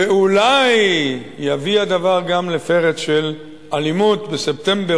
ואולי יביא הדבר גם לפרץ של אלימות בספטמבר,